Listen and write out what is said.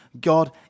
God